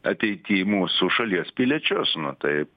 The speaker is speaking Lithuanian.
ateity mūsų šalies piliečius nu tai